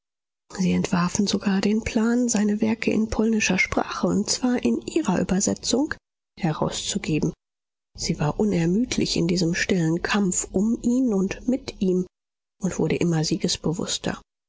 sie entwarfen sogar den plan seine werke in polnischer sprache und zwar in ihrer übersetzung herauszugeben sie war unermüdlich in diesem stillen kampf um ihn und mit ihm und wurde immer